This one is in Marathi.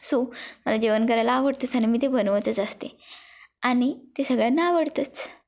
सो मला जेवण करायला आवडतंच आणि मी ते बनवतच असते आणि ते सगळ्यांना आवडतंच